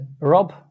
Rob